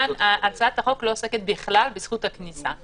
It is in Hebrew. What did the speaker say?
הצעת החוק לא עוסקת בכלל בזכות הכניסה.